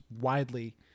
widely